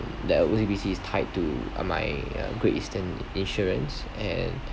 that O_C_B_C is tied to uh my uh Great Eastern insurance and